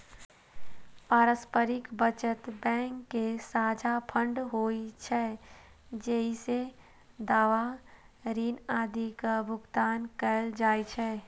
पारस्परिक बचत बैंक के साझा फंड होइ छै, जइसे दावा, ऋण आदिक भुगतान कैल जाइ छै